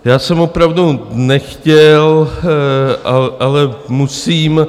Já jsem opravdu nechtěl, ale musím.